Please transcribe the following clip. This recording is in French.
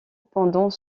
pendant